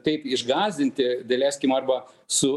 taip išgąsdinti daleiskim arba su